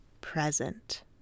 present